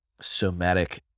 somatic